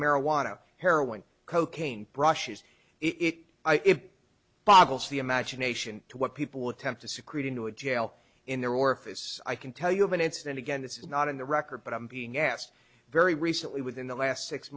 marijuana heroin cocaine brushes it it boggles the imagination to what people would attempt to secrete into a jail in their orifice i can tell you of an incident again this is not in the record but i'm being asked very recently within the last six